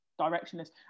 directionless